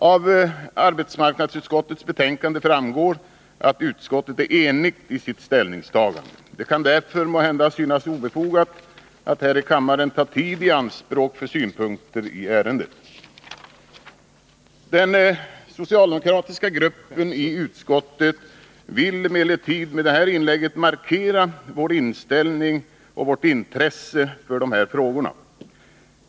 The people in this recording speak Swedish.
Av arbetsmarknadsutskottets betänkande framgår, att utskottet är enigt i sitt ställningstagande. Det kan därför synas obefogat att här i kammaren ta tid i anspråk för synpunkter i ärendet. Den socialdemokratiska gruppen i utskottet vill emellertid med detta inlägg markera vår inställning och vårt intresse för de här frågorna.